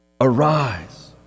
Arise